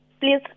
please